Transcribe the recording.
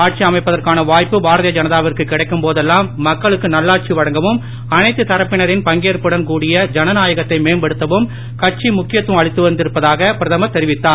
ஆட்சி அமைப்பதற்கான வாய்ப்பு பாரதிய ஜனதாவிற்கு கிடைக்கும் போதெல்லாம் மக்களுக்கு நல்லாட்சி வழங்கவும் அனைத்து தரப்பினரின் பங்கேற்புடன் கூடிய ஜனநாயகத்தை மேம்படுத்தவும் கட்சி முக்கியத்துவம் அளித்து வந்திருப்பதாக பிரதமர் தெரிவித்தார்